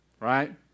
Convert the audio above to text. Right